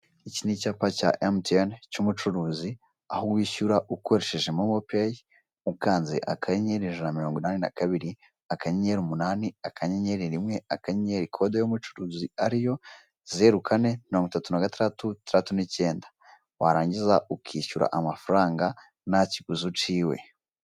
Iki ni icyapa cya MTN cy'umucuruzi, aho wishyura ukoresheje momo peyi, ukanze akanyenyeri ijana na mirongo inani na kabiri, akanyeri umunani akanyenyeri rimwe akanyenyeri kode y'umucuruzi ariyo; zeru kane mirongo itatu na gatandatu, itandatu n'icyenda, warangiza ukishyura amafaranga nta kiguzi uciwe.